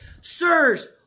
sirs